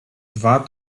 dwa